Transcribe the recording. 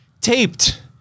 taped